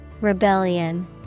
Rebellion